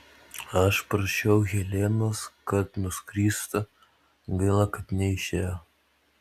aš prašiau helenos kad nuskristų gaila kad neišėjo